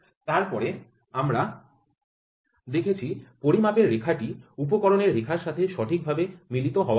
তারপর আমরা দেখেছি পরিমাপের রেখাটি উপকরণের রেখার সাথে সঠিক ভাবে মিলিত হওয়া উচিত